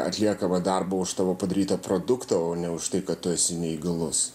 atliekamą darbą už tavo padarytą produktą o ne už tai kad tu esi neįgalus